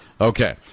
Okay